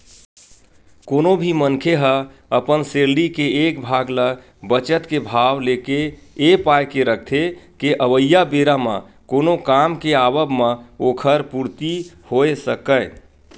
कोनो भी मनखे ह अपन सैलरी के एक भाग ल बचत के भाव लेके ए पाय के रखथे के अवइया बेरा म कोनो काम के आवब म ओखर पूरति होय सकय